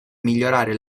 migliorare